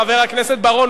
חבר הכנסת בר-און,